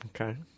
Okay